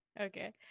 Okay